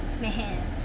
man